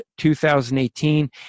2018